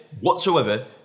whatsoever